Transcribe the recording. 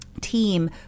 team